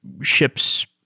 ships